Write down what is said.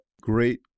great